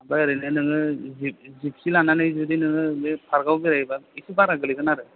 आमफ्राय ओरैनो नोङो जिप जिपसि लानानै जुदि नोङो बे पार्कआव बेरायहैब्ला एसे बारा गोग्लैगोन आरो